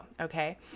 Okay